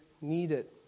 needed